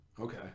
Okay